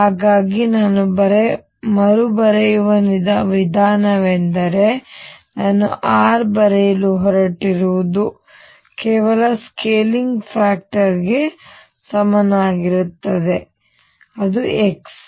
ಹಾಗಾಗಿ ನಾನು ಮರು ಬರೆಯುವ ವಿಧಾನವೆಂದರೆ ನಾನು r ಬರೆಯಲು ಹೊರಟಿರುವುದು ಕೆಲವು ಸ್ಕೇಲಿಂಗ್ ಫ್ಯಾಕ್ಟರ್ ಗೆ ಸಮಾನವಾಗಿರುತ್ತದೆ x